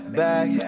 back